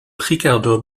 riccardo